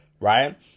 right